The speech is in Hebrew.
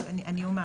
אז אני אומר,